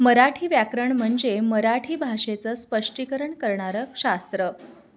मराठी व्याकरण म्हणजे मराठी भाषेचं स्पष्टीकरण करणारं शास्त्र